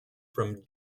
from